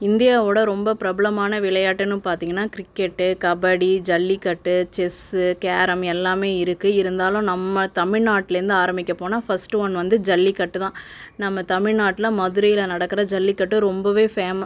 இந்தியாவோட ரொம்ப பிரபலமான விளையாட்டுன்னு பார்த்தீங்கன்னா cricket kabaddi jallikattu chess carrom எல்லாம் இருக்கு இருந்தாலும் நம்ம தமிழ்நாட்லேந்து ஆரம்பிக்க போனால் ஃபர்ஸ்ட் ஒன் வந்து ஜல்லிக்கட்டு தான் நம்ம தமிழ்நாட்டில் மதுரையில் நடக்கிற ஜல்லிக்கட்டு ரொம்ப ஃபேமஸ்